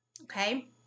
okay